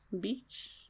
Beach